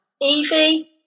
Evie